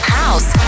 house